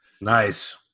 Nice